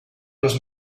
los